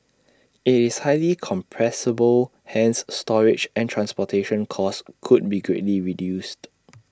IT is highly compressible hence storage and transportation costs could be greatly reduced